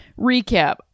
recap